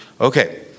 Okay